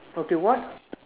okay what